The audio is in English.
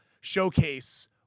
showcase